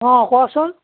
অঁ কওকচোন